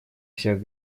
всех